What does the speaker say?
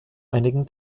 einigen